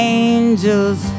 angels